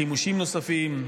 חימושים נוספים,